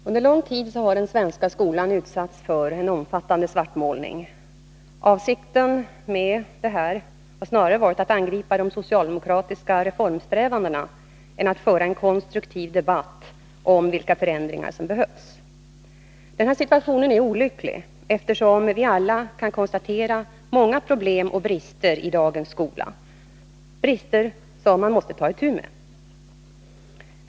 Herr talman! Under lång tid har den svenska skolan utsatts för en omfattande svartmålning. Avsikten med detta har snarare varit att angripa de socialdemokratiska reformsträvandena än att föra en konstruktiv debatt om vilka förändringar som behövs. Denna situation är olycklig, eftersom vi alla i dagens skola kan konstatera problem och brister, som vi måste ta itu med.